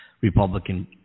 Republican